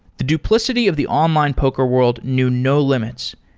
the duplicity of the online poker world knew no limits,